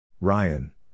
Ryan